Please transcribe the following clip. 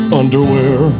underwear